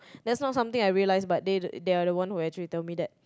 that's not something I realised but they they are the one who actually tell me that